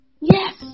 Yes